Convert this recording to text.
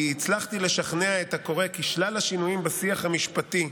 כי הצלחתי לשכנע את הקורא כי שלל השינויים בשיח המשפטי,